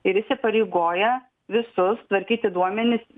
ir jis įpareigoja visus tvarkyti duomenis